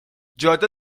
جاده